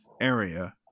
area